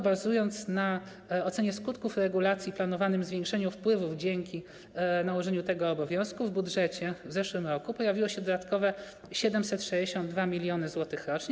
Bazując tylko na ocenie skutków regulacji i planowanym zwiększeniu wpływów, dzięki nałożeniu tego obowiązku w budżecie w zeszłym roku pojawiły się dodatkowe 762 mln zł rocznie.